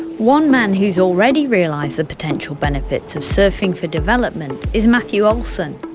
one man who's already realised the potential benefits of surfing for development is matthew olsen.